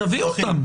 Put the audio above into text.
תביאו אותם.